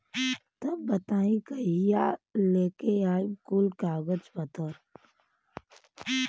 तब बताई कहिया लेके आई कुल कागज पतर?